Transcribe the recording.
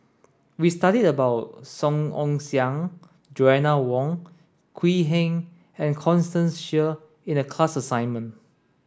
we studied about Song Ong Siang Joanna Wong Quee Heng and Constance Sheare in the class assignment